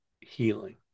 healing